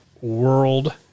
world